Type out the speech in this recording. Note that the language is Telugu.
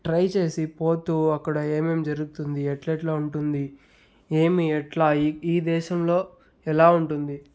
ట్రై చేసి పోతూ అక్కడ ఏమేమి జరుగుతుంది ఎట్లెట్ల ఉంటుంది ఏమి ఎట్ల ఈ దేశంలో ఎలా ఉంటుంది